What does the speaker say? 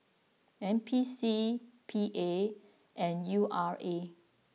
N P C P A and U R A